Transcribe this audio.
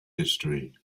history